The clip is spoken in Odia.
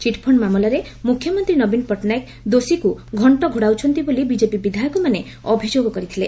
ଚିଟ୍ଫଣ୍ ମାମଲାରେ ମୁଖ୍ୟମନ୍ତୀ ନବୀନ ପଟ୍ଟନାୟକ ଦୋଷୀଙ୍କ ଘୋଡ଼ାଉଛନ୍ତି ବୋଲି ବିଜେପି ବିଧାୟକମାନେ ଅଭିଯୋଗ କରିଥିଲେ